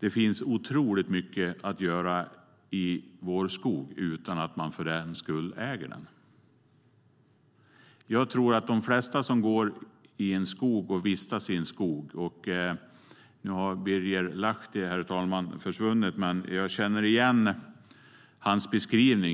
Det finns otroligt mycket att göra i vår skog utan att man för den skull äger den. Herr talman! Nu har Birger Lahti lämnat kammaren, men jag känner igen hans beskrivning i den föregående debatten.